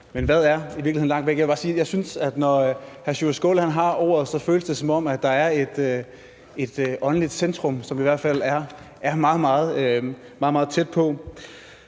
men hvad er i virkeligheden langt væk? Jeg vil bare sige, at jeg synes, at når hr. Sjúrður Skaale har ordet, så føles det, som om der er et åndeligt centrum, som i hvert fald er meget, meget tæt på,